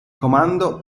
comando